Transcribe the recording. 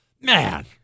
Man